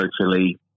socially